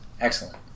Excellent